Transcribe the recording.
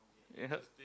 ya